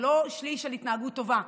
זה לא שליש על התנהגות טובה,